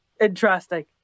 interesting